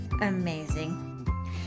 amazing